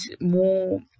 more